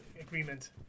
agreement